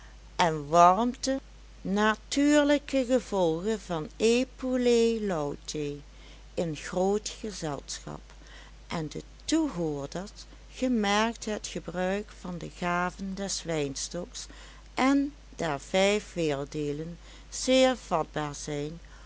en warmte natuurlijke gevolgen van epulae lautae in groot gezelschap en de toehoorders gemerkt het gebruik van de gaven des wijnstoks en der vijf werelddeelen zeer vatbaar zijn